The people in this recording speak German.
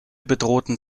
bedrohten